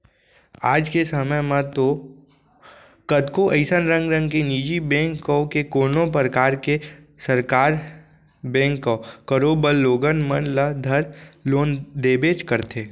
आज के समे म तो कतको अइसन रंग रंग के निजी बेंक कव के कोनों परकार के सरकार बेंक कव करोबर लोगन मन ल धर लोन देबेच करथे